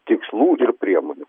tikslų ir priemonių